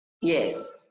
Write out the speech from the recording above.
yes